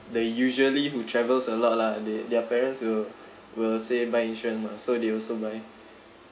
the usually who travels a lot lah they their parents will will say buy insurance mah so they also buy